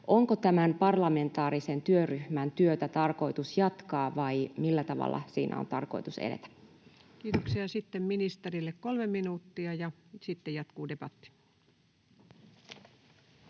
onko tämän parlamentaarisen työryhmän työtä tarkoitus jatkaa, vai millä tavalla siinä on tarkoitus edetä? Kiitoksia. — Sitten ministerille kolme minuuttia, ja sitten jatkuu debatti.